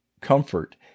comfort